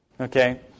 Okay